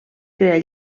crear